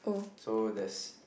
so there's